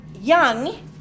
young